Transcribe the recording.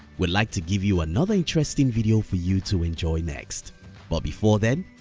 we'll like to give you another interesting video for you to enjoy next but before then,